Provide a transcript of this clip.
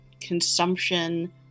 consumption